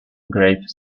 grave